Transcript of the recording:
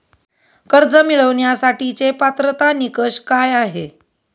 कर्ज मिळवण्यासाठीचे पात्रता निकष काय आहेत?